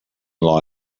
law